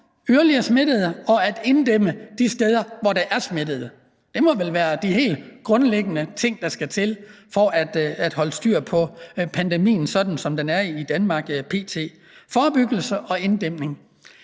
yderligere smittede og at inddæmme de steder, hvor der er smittede. Forebyggelse og inddæmning må vel være de helt grundlæggende ting, der skal til for at holde styr på pandemien, sådan som den er i Danmark p.t. Der kan man